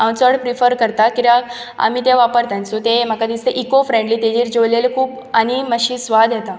हांव चड प्रिफर करतां कित्याक आमी तें वापरतां सो तें म्हाका दिसतां इको फ्रेंडली म्हाका दिसतां तेजेर जेवल्यार खूब आनी मातशी स्वाद येता